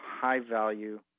high-value